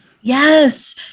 Yes